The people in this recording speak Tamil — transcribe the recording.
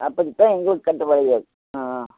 அப்படி தான் எங்களுக்கு கட்டுப்படியாகும் ஆ ஆ